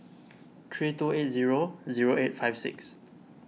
three two eight zero zero eight five six